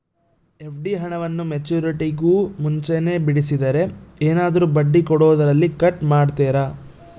FD ಹಣವನ್ನು ಮೆಚ್ಯೂರಿಟಿಗೂ ಮುಂಚೆನೇ ಬಿಡಿಸಿದರೆ ಏನಾದರೂ ಬಡ್ಡಿ ಕೊಡೋದರಲ್ಲಿ ಕಟ್ ಮಾಡ್ತೇರಾ?